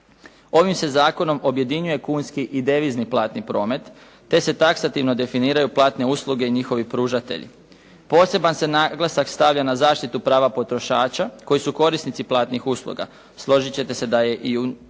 Ovim se zakonom objedinjuje kunski i devizni platni promet, te se taksativno definiraju platne usluge i njihovi pružatelji. Poseban se naglasak stavlja na zaštitu prava potrošača koji su korisnici platnih usluga. Složit će se da i u čitavom